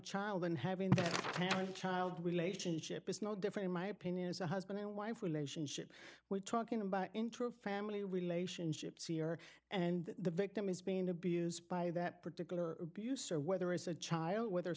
child and having a child relationship is no different in my opinion as a husband wife relationship we're talking about intra family relationships here and the victim is being abused by that particular abuse or whether it's a child whether